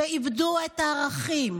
איבדו את הערכים.